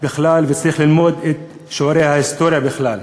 וצריך ללמוד את שיעורי ההיסטוריה בכלל.